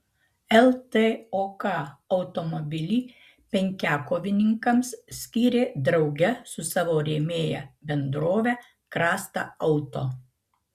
ltok automobilį penkiakovininkams skyrė drauge su savo rėmėja bendrove krasta auto